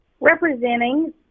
Representing